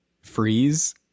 freeze